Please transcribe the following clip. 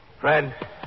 Fred